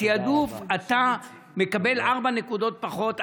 בתיעדוף הוא מקבל ארבע נקודות פחות,